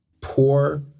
poor